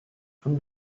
from